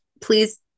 please